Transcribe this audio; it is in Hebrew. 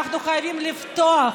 אנחנו חייבים לפתוח.